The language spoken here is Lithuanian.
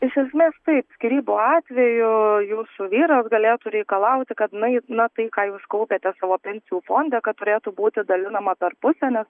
iš esmės taip skyrybų atveju jūsų vyras galėtų reikalauti kad na na tai ką jūs kaupėte savo pensijų fonde kad turėtų būti dalinama per pusę nes